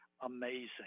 amazing